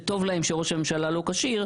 שטוב להם שראש הממשלה לא כשיר,